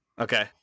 Okay